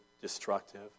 destructive